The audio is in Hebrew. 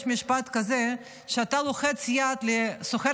יש משפט כזה שכשאתה לוחץ יד לסוחר